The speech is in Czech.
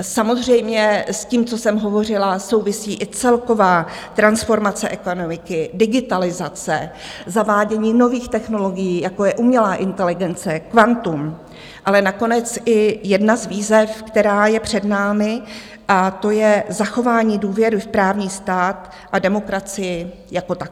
Samozřejmě s tím, co jsem hovořila, souvisí i celková transformace ekonomiky, digitalizace, zavádění nových technologií, jako je umělá inteligence, kvantum, ale nakonec i jedna z výzev, která je před námi, a to je zachování důvěry v právní stát a demokracii jako takovou.